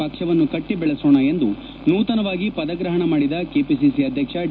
ಪಕ್ಷವನ್ನು ಕಟ್ಟಿ ಬೆಳೆಸೋಣ ಎಂದು ನೂತನವಾಗಿ ಪದಗ್ರಹಣ ಮಾಡಿದ ಕೆಪಿಸಿಸಿ ಅಧ್ಯಕ್ಷ ಡಿ